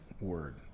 word